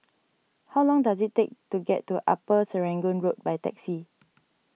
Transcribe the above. how long does it take to get to Upper Serangoon Road by taxi